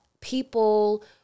people